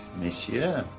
monsieur,